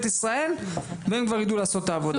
ישראל והם כבר ידעו לעשות את העבודה.